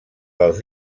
dels